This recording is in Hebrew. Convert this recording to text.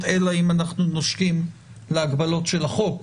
אלא אם אנחנו נושקים להגבלות של החוק.